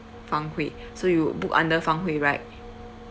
fang hui so you booked under fang hui right